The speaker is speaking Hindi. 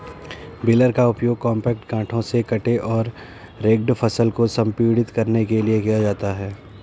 बेलर का उपयोग कॉम्पैक्ट गांठों में कटे और रेक्ड फसल को संपीड़ित करने के लिए किया जाता है